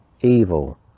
evil